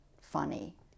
funny